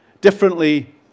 differently